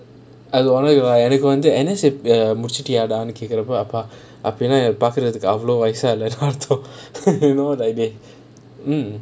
அது உனக்கு எனக்கு வந்து முடிச்சிட்டியாடானு கேக்குற அப்போ அப்பா அப்போது பாக்குறதுக்கு அவ்ளோ வயசு ஆகலனு அர்த்தம்:athu unnaku ennaku vanthu mudichitiyadaanu kaekkura appo appa aponaa paakurathuku avlo vayasu aagalanu artham you know like they hmm